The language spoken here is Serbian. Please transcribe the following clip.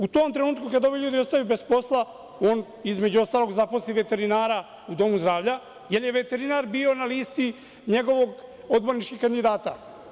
U tom trenutku kada ovi ljudi ostaju bez posla, on, između ostalog, zaposli veterinara u domu zdravlja jer je veterinar bio na listi njegovih odborničkih kandidata.